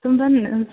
تِم بنہٕ حظ